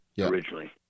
originally